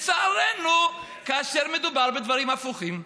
לצערנו, כאשר מדובר בדברים הפוכים.